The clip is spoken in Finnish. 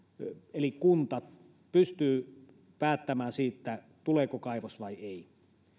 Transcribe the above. eli kunta pystyy päättämään siitä tuleeko kaivos vai ei